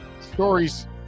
Stories